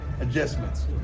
adjustments